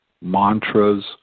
mantras